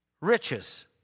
riches